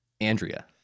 Andrea